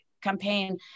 campaign